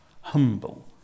humble